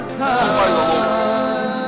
time